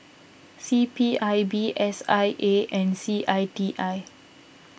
C P I B S I A and C I T I